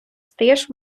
стаєш